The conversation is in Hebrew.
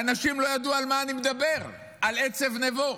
ואנשים לא ידעו על מה אני מדבר, על "עצב נבו".